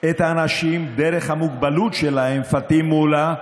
את האנשים דרך המוגבלות שלהם, פטין מולא,